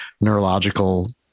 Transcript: neurological